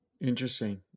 Interesting